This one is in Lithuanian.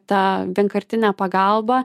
ta vienkartinė pagalba